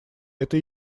это